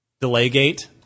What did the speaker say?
Delay-gate